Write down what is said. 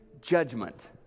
judgment